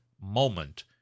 moment